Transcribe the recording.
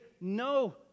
no